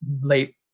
late